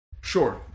Sure